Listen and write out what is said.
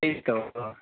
त्यही त हो अब